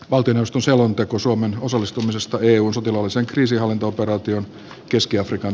outi noustu selonteko suomen osallistumista eun sotilaallisen kriisinhallintaoperaation keski afrikan